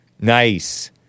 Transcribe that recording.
Nice